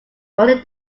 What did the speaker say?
only